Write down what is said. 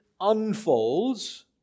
unfolds